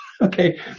Okay